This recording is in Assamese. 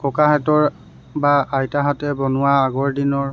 ককাহঁতৰ বা আইতাহঁতে বনোৱা আগৰ দিনৰ